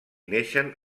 neixen